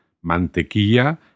mantequilla